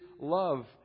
love